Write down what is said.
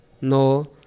No